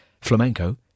Flamenco